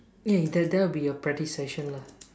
ya that that will be your practice session lah